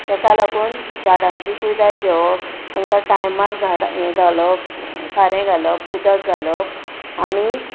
ताका लागून झाडांची कुयदाद घेवप तांकां टायमार हे घालप सारें घालप उदक घालप आनी